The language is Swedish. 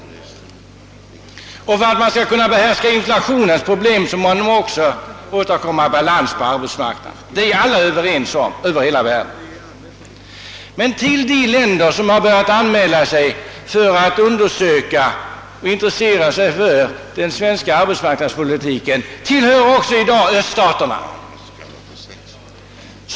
För att man skall kunna behärska inflationens problem måste man också åstadkomma balans på arbetsmarknaden — det är vi alla överens om över hela världen. Till de länder som börjat intressera sig för den svenska arbetsmarknadspolitiken hör i dag också öststaterna.